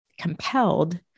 compelled